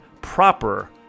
proper